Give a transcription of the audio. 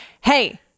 Hey